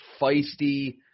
feisty